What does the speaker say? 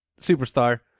superstar